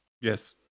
yes